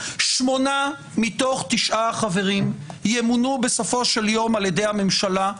שמונה מתוך תשעה חברים ימונו בסופו של יום על-ידי הממשלה.